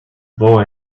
boy